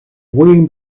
wind